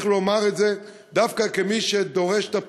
צריך לומר את זה, דווקא כמי שדורש את הפינוי.